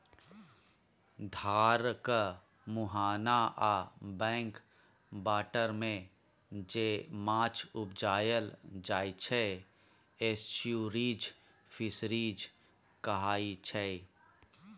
धारक मुहाना आ बैक बाटरमे जे माछ उपजाएल जाइ छै एस्च्युरीज फिशरीज कहाइ छै